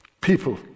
people